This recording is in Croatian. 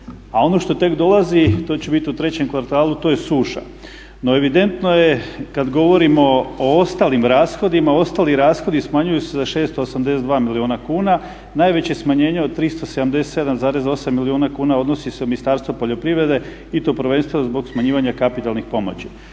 A ono što tek dolazi to će bit u trećem kvartalu to je suša. No, evidentno je kad govorimo o ostalim rashodima, ostali rashodi smanjuju se za 682 milijuna kuna. Najveće smanjenje od 377,8 milijuna kuna odnosi se na Ministarstvo poljoprivrede i to prvenstveno zbog smanjivanja kapitalnih pomoći.